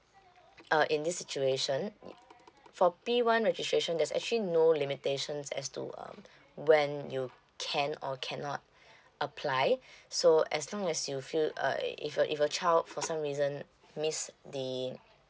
uh in this situation for P one registration there's actually no limitations as to uh when you can or cannot apply so as long as you feel uh if a if a child for some reason miss the